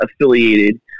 affiliated